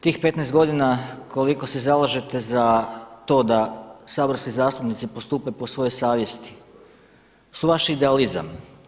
Tih 15 godina koliko se zalažete za to da saborski zastupnici postupe po svojoj savjesti su vaš idealizam.